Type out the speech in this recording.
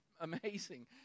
amazing